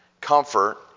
comfort